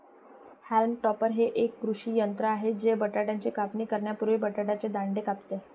haulm topper हे एक कृषी यंत्र आहे जे बटाट्याची कापणी करण्यापूर्वी बटाट्याचे दांडे कापते